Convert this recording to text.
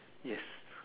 yes